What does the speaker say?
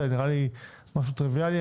נראה לי משהו טריוויאלי.